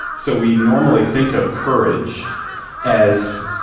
so we normally think of courage as,